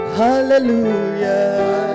hallelujah